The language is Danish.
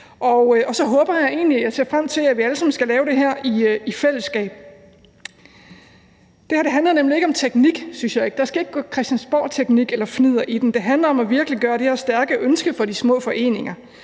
vi alle sammen skal lave det her i fællesskab. Det her handler nemlig ikke om teknik, synes jeg, der skal ikke gå christiansborgteknik eller -fnidder i det. Det handler om at virkeliggøre det her stærke ønske fra de små foreninger,